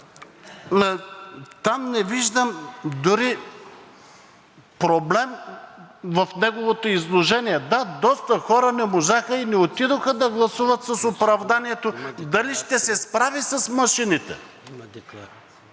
там не виждам дори проблем в неговото изложение. Да, доста хора не можаха и не отидоха да гласуват с оправданието дали ще се справят с машините.